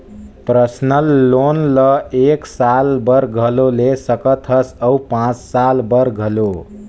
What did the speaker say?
personal loan ल एक साल बर घलो ले सकत हस अउ पाँच साल बर घलो